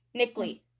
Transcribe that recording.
Nickly